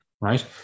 right